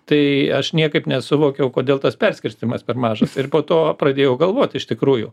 tai aš niekaip nesuvokiau kodėl tas perskirstymas per mažas ir po to pradėjau galvot iš tikrųjų